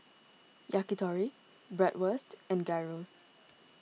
Yakitori Bratwurst and Gyros